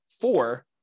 four